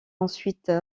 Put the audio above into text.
ensuite